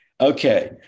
Okay